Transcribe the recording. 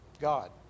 God